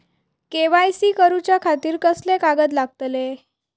KYC करूच्या खातिर कसले कागद लागतले?